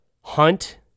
Hunt